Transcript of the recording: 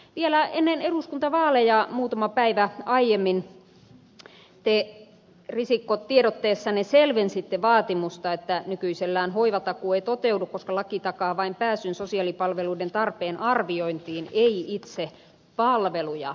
vielä muutama päivä ennen eduskuntavaaleja te risikko tiedotteessanne selvensitte vaatimusta että nykyisellään hoivatakuu ei toteudu koska laki takaa vain pääsyn sosiaalipalveluiden tarpeen arviointiin ei itse palveluja